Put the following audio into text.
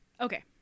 okay